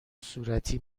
صورتی